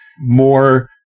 more